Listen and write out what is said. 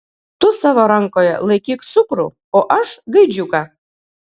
tu savo rankoje laikyk cukrų o aš gaidžiuką